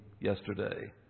yesterday